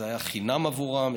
זה היה חינם עבורם,